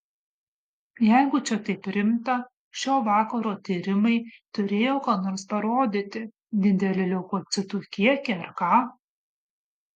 jeigu čia taip rimta šio vakaro tyrimai turėjo ką nors parodyti didelį leukocitų kiekį ar ką